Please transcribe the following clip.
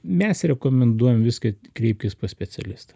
mes rekomenduojam vis kad kreipkis pas specialistą